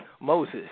Moses